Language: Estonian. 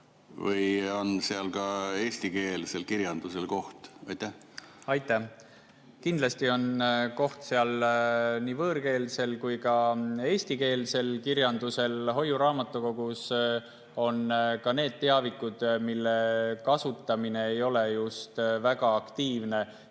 või on seal ka eestikeelsel kirjandusel koht. Aitäh! Kindlasti on seal koht nii võõrkeelsel kui ka eestikeelsel kirjandusel. Hoiuraamatukogus on ka need teavikud, mille kasutamine ei ole just väga aktiivne.